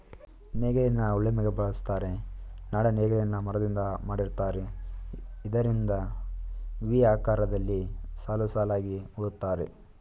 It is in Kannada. ನೇಗಿಲನ್ನ ಉಳಿಮೆಗೆ ಬಳುಸ್ತರೆ, ನಾಡ ನೇಗಿಲನ್ನ ಮರದಿಂದ ಮಾಡಿರ್ತರೆ ಇದರಿಂದ ವಿ ಆಕಾರದಲ್ಲಿ ಸಾಲುಸಾಲಾಗಿ ಉಳುತ್ತರೆ